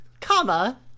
comma